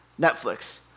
Netflix